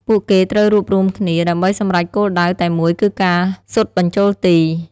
ពួកគេត្រូវរួបរួមគ្នាដើម្បីសម្រេចគោលដៅតែមួយគឺការស៊ុតបញ្ចូលទី។